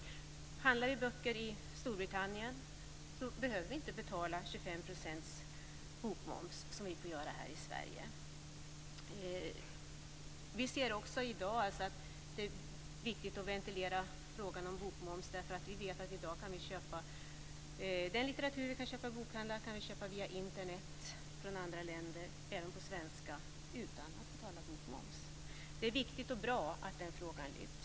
Om man handlar böcker i Storbritannien behöver man inte betala 25 % bokmoms, som man måste göra här i Det är i dag också viktigt att ventilera frågan om bokmomsen, eftersom den litteratur som tillhandahålls via bokhandlarna, även på svenska, kan köpas i andra länder via Internet utan att bokmoms behöver betalas. Det är viktigt och bra att den frågan lyfts fram.